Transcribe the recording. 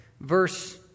Verse